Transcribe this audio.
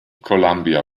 columbia